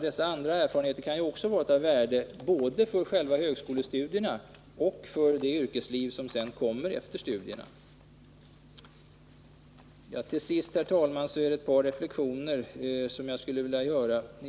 Dessa andra erfarenheter kan ju vara av värde både för själva högskolestudierna och för det yrkesliv som följer efter studierna. Till sist, herr talman, ett par reflexioner som jag skulle vilja göra.